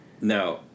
No